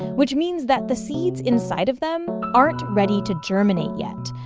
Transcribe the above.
which means that the seeds inside of them aren't ready to germinate yet.